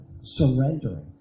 Surrendering